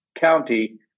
county